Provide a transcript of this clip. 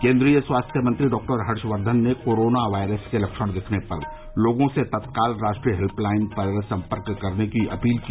केन्द्रीय स्वास्थ्य मंत्री डॉक्टर हर्षवर्धन ने कोरोना वायरस के लक्षण दिखने पर लोगों से तत्काल राष्ट्रीय हेल्य लाइन पर सम्पर्क करने की अपील की